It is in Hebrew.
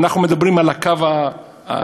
אנחנו מדברים על הקו הרחוק,